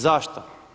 Zašto?